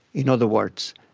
in other words,